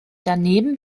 daneben